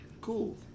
Cool